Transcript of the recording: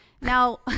Now